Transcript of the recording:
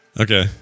Okay